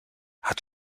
hat